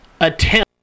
attempt